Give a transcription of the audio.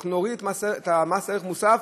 אנחנו נוריד את מס ערך מוסף,